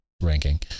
ranking